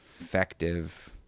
effective